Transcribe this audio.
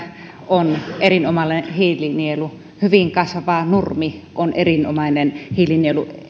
on erinomainen hiilinielu hyvin kasvava nurmi on erinomainen hiilinielu